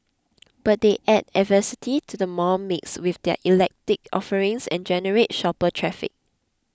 but they add diversity to the mall mix with their eclectic offerings and generate shopper traffic